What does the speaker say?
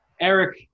Eric